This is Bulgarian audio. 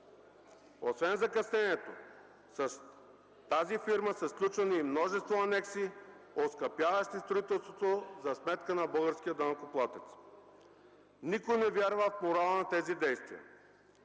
Освен закъснението, с тази фирма са сключвани множество анекси, оскъпява се строителството за сметка на българския данъкоплатец. Никой не вярва в морала на тези действия.